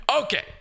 Okay